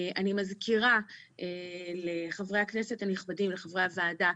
אני מזכירה לחברי הכנסת הנכבדים, לחברי הוועדה,